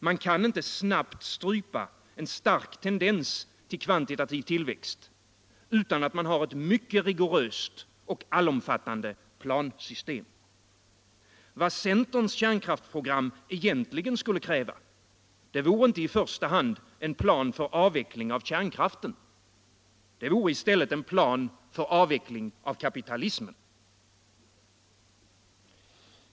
Man kan inte snabbt strypa en stark tendens till kvantitativ tillväxt utan att ha ett mycket rigoröst och allomfattande plansystem. Vad centerns kärnkraftsprogram egentligen skulle kräva vore inte i första hand en plan för avveckling av kärnkraften. Det vore i stället en plan för avveckling av kapitalismen.